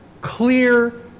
clear